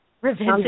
revenge